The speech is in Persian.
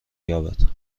یابد